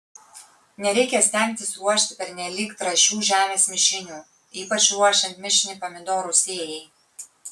nereikia stengtis ruošti pernelyg trąšių žemės mišinių ypač ruošiant mišinį pomidorų sėjai